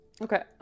Okay